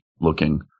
looking